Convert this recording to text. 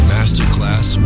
Masterclass